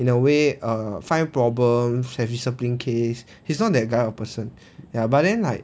in a way err find problem have discipline case he's not kind of person ya but then like